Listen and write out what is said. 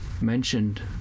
mentioned